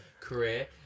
career